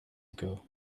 ago